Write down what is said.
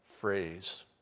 phrase